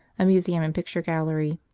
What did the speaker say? a museum and picture-gallery.